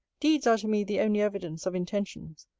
deeds are to me the only evidence of intentions.